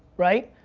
right?